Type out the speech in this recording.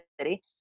City